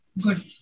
good